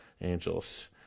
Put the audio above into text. Angels